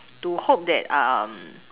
to hope that um